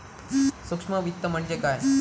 सूक्ष्म वित्त म्हणजे काय?